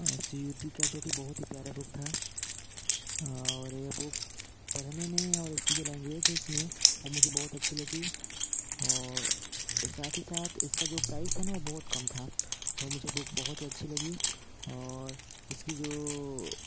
सी U T का जो कि बहुत ही प्यारा बुक था और यह बुक पढ़ने में और इसकी जो लैंग्वेज है इसमें वह मुझे बहुत अच्छी लगी और साथ ही साथ इसका जो प्राइस था न वह बहुत कम था यह मुझे बुक बहुत ही अच्छी लगी और इसकी जो